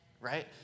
right